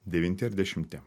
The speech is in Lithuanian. devinti ar dešimti